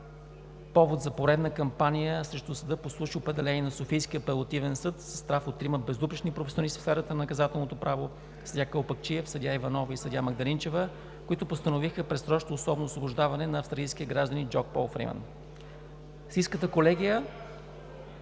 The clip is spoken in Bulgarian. повод за поредна кампания срещу съда по случай определение на Софийския апелативен съд със състав от трима безупречни професионалисти в сферата на наказателното право – съдия Калпакчиев, съдия Иванова и съдия Магдалинчева, които постановиха предсрочно условно освобождаване на австралийския гражданин Джок Полфрийман. Софийската колегия